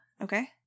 okay